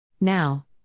Now